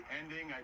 ending